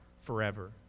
forever